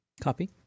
copy